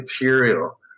material